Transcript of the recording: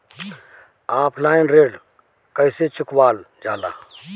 Offline ऋण कइसे चुकवाल जाला?